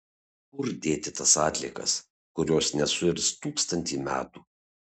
kur dėti tas atliekas kurios nesuirs tūkstantį metų